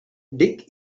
dick